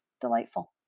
delightful